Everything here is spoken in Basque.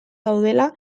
daudela